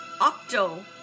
Octo